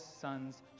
sons